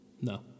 No